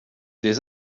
des